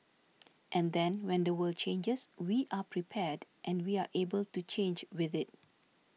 and then when the world changes we are prepared and we are able to change with it